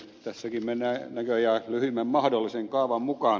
tässäkin mennään näköjään lyhimmän mahdollisen kaavan mukaan